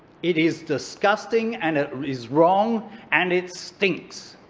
it is disgusting and it is wrong and it stinks.